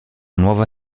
nuova